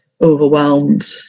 overwhelmed